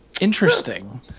Interesting